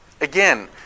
Again